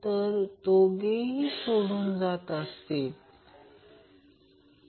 तर ते 2840Ω इतके आहे